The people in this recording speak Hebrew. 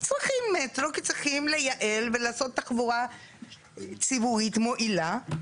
צריכים מטרו כי צריכים לייעל ולעשות תחבורה ציבורית מועילה.